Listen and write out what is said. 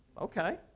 Okay